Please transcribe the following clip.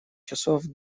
часов